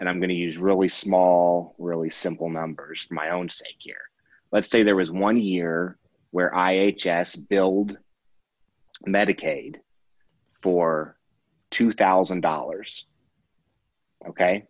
and i'm going to use really small really simple numbers my own state here let's say there was one year where i h s build medicaid for two thousand dollars ok